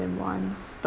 wants